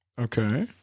Okay